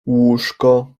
łóżko